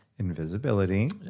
invisibility